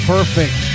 Perfect